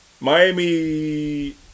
miami